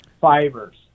fibers